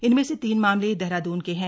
इनमें से तीन मामले देहरादून के हैं